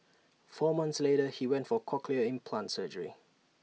four months later he went for cochlear implant surgery